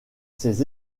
ses